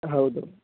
ಹೌದು